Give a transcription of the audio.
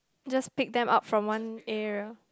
just pick them up from one area